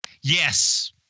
Yes